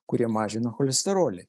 kurie mažina cholesterolį